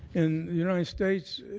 and united states,